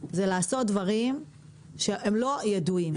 זה לעשות דברים שהם לא ידועים.